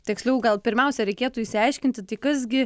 tiksliau gal pirmiausia reikėtų išsiaiškinti tai kas gi